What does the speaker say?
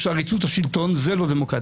יש עריצות השלטון וזה לא דמוקרטיה.